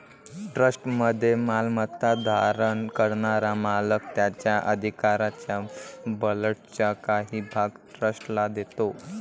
ट्रस्टमध्ये मालमत्ता धारण करणारा मालक त्याच्या अधिकारांच्या बंडलचा काही भाग ट्रस्टीला देतो